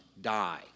die